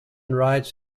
rides